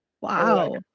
Wow